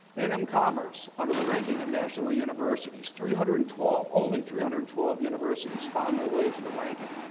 and m commerce, under the ranking of national universities three hundred and twelve. only three hundred and twelve universities found their way to the ranking.